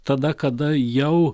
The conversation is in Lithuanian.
tada kada jau